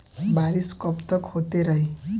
बरिस कबतक होते रही?